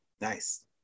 Nice